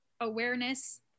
awareness